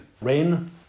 Rain